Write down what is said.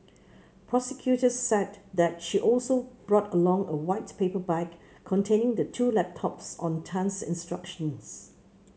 prosecutors said that she also brought along a white paper bag containing the two laptops on Tan's instructions